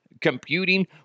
computing